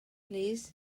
plîs